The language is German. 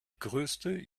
größte